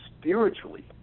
spiritually